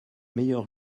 meilleur